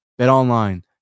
BetOnline